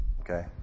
Okay